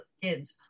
kids